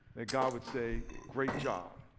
then god would say great job.